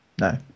No